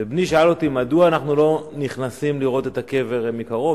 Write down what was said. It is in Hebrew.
ובני שאל אותי מדוע אנחנו לא נכנסים לראות את הקבר מקרוב,